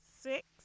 six